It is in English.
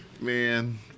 Man